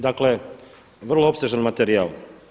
Dakle vrlo opsežan materijal.